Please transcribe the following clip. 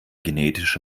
genetische